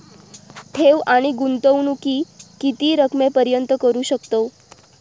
ठेव आणि गुंतवणूकी किती रकमेपर्यंत करू शकतव?